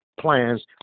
plans